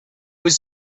was